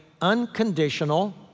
unconditional